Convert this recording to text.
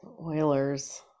Oilers